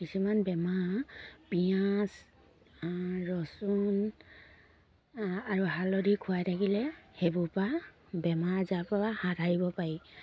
কিছুমান বেমাৰ পিঁয়াজ ৰচুন আৰু হালধি খুৱাই থাকিলে সেইবোৰ পৰা বেমাৰ আজাৰৰ পৰা হাত সাৰিব পাৰি